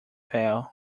pail